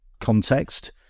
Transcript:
context